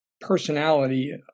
personality